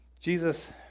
Jesus